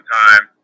time